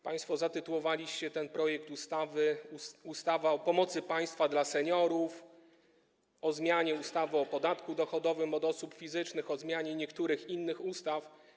Państwo zatytułowaliście ten projekt ustawy: ustawa o pomocy państwa dla seniorów, o zmianie ustawy o podatku dochodowym od osób fizycznych, o zmianie niektórych innych ustaw.